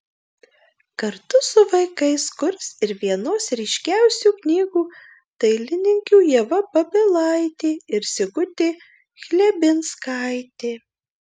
kartu su vaikais kurs ir vienos ryškiausių knygų dailininkių ieva babilaitė ir sigutė chlebinskaitė